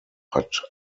hat